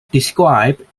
described